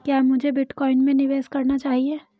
क्या मुझे बिटकॉइन में निवेश करना चाहिए?